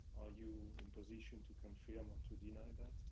you in position to confirm or to deny that?